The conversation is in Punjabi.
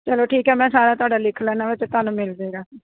ਚਲੋ ਠੀਕ ਹੈ ਮੈਂ ਸਾਰਾ ਤੁਹਾਡਾ ਲਿਖ ਲੈਣਾ ਵਾ ਅਤੇ ਤੁਹਾਨੂੰ ਮਿਲ ਜਾਵੇਗਾ